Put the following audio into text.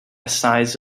size